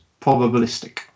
probabilistic